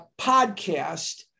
podcast